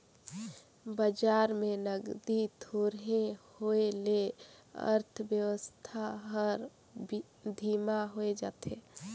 बजार में नगदी थोरहें होए ले अर्थबेवस्था हर धीमा होए जाथे